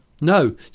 no